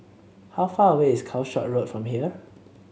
how far away is Calshot Road from here